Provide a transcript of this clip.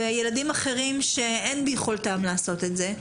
ילדים אחרים שאין ביכולתם לעשות את זה,